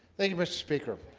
thank you mr. speaker,